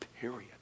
Period